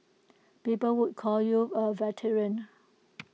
people would call you A veteran